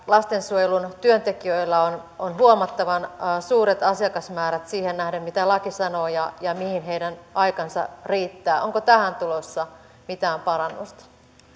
lastensuojelun työntekijöillä on on huomattavan suuret asiakasmäärät siihen nähden mitä laki sanoo ja ja mihin heidän aikansa riittää onko tähän tulossa mitään parannusta